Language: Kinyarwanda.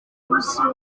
gusura